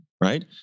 right